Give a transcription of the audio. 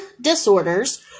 disorders